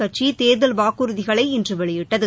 கட்சி தேர்தல் வாக்குறுதிகளை இன்று வெளியிட்டது